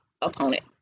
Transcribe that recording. opponent